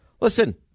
listen